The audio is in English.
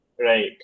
Right